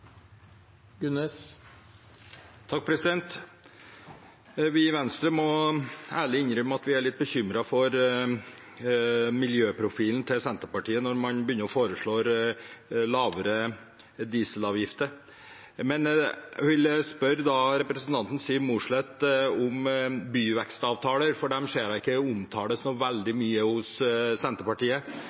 litt bekymret for miljøprofilen til Senterpartiet når man begynner å foreslå lavere dieselavgifter. Men jeg vil spørre representanten Siv Mossleth om byvekstavtaler, for dem ser jeg ikke omtales så veldig mye av Senterpartiet.